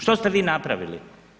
Što ste vi napravili?